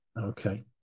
Okay